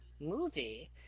movie